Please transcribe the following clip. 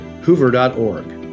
hoover.org